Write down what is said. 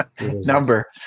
number